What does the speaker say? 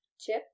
Chip